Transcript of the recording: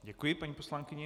Děkuji paní poslankyni.